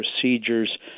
procedures